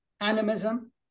animism